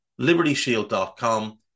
libertyshield.com